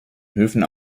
höfen